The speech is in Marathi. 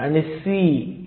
71 व्होल्ट आहे